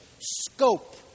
scope